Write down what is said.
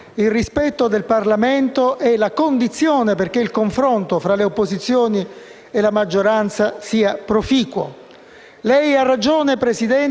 Lei ha ragione, Presidente, quando dice che molta acqua è passata nell'ultimo anno. Le forze potenti che hanno voluto la Brexit oggi sono